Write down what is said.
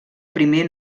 primer